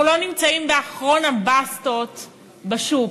אנחנו לא נמצאים באחרונת הבסטות בשוק.